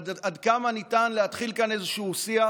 אבל עד כמה ניתן להתחיל כאן איזשהו שיח